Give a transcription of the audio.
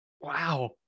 Wow